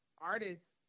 artists